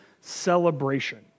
celebration